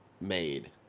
made